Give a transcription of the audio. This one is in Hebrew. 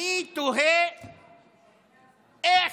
אני תוהה איך,